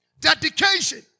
Dedication